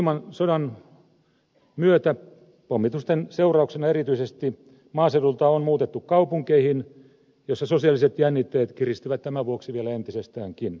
uusimman sodan myötä pommitusten seurauksena erityisesti maaseudulta on muutettu kaupunkeihin joissa sosiaaliset jännitteet kiristyvät tämän vuoksi vielä entisestäänkin